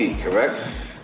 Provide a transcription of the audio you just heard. correct